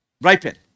ripen